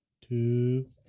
two